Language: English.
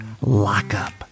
Lockup